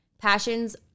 passions